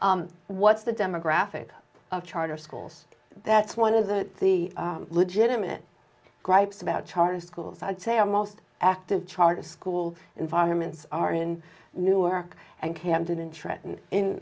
what's the demographic of charter schools that's one of the the legitimate gripes about charter schools i'd say our most active charter school environments are in newark and camden in